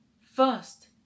first